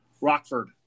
Rockford